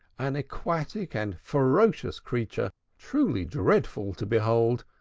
an aquatic and ferocious creature truly dreadful to behold,